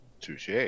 Touche